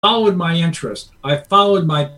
I followed my interest, I followed my...